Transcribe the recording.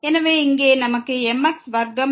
எனவே இங்கே நமக்கு m x வர்க்கம் இருக்கும்